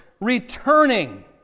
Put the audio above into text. returning